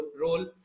role